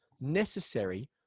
necessary